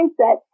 mindset